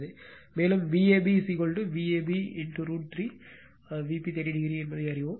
மேலும் Vab Vab √ 3 Vp 30o ஐயும் அறிவோம்